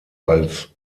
als